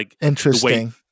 Interesting